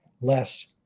less